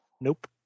Nope